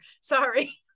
sorry